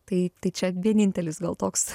tai tai čia vienintelis gal toks